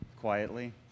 quietly